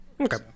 okay